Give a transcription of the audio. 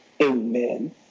Amen